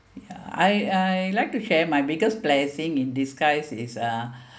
I I like to share my biggest blessing in disguise is uh